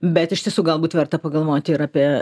bet iš tiesų galbūt verta pagalvoti ir apie